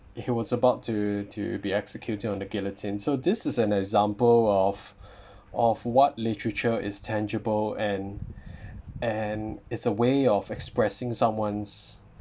he was about to to be executed on the guillotine so this is an example of of what literature is tangible and and it's a way of expressing someone's